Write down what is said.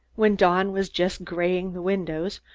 when dawn was just graying the windows,